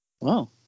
Wow